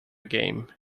game